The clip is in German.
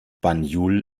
banjul